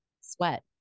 sweat